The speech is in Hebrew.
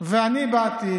ואני באתי